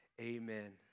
Amen